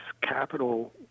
capital